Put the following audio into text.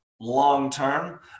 long-term